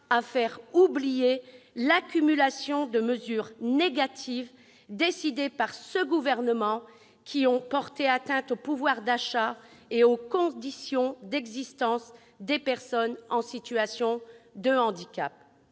à faire oublier l'accumulation de dispositions négatives adoptées par le Gouvernement, qui ont porté atteinte au pouvoir d'achat et aux conditions d'existence des personnes en situation de handicap.